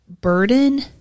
burden